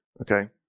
okay